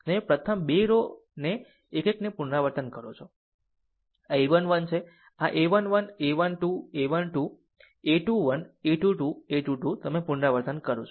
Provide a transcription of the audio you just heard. તમે પ્રથમ 2 રો ઓને 1 1 ને પુનરાવર્તિત કરો આ a 1 1 છે આ a 1 1 a 1 2 a 1 2 a 21 a 2 2 a 2 2 તમે પુનરાવર્તન કરો છો